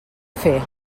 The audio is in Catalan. fer